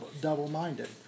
double-minded